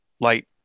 light